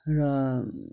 र